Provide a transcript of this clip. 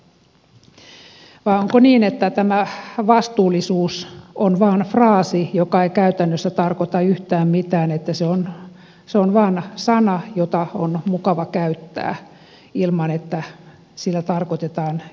vai onko niin että tämä vastuullisuus on vain fraasi joka ei käytännössä tarkoita yhtään mitään että se on vain sana jota on mukava käyttää ilman että sillä tarkoitetaan yhtään mitään